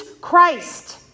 Christ